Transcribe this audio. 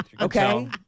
okay